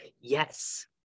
Yes